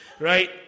right